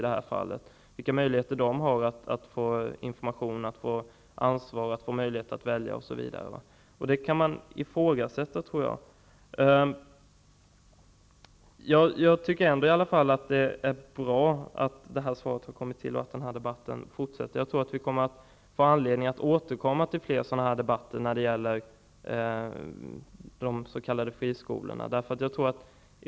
Det handlar också om vilka möjligheter de har att få information, att få ansvar, att få välja. Det kan man ifrågasätta, tror jag. Jag tycker ändå att det är bra att jag har fått det här svaret och att debatten fortsätter. Jag tror att vi kommer att få anledning att återkomma till den här debatten när det gäller de s.k. friskolorna.